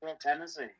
Tennessee